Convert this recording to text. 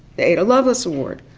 the ada lovelace award,